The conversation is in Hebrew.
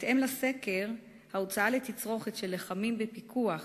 בהתאם לסקר, ההוצאה לתצרוכת של לחמים בפיקוח